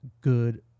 good